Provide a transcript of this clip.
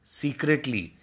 secretly